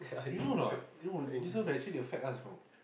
you know a not know this one the actually they will sack us you know